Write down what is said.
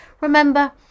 remember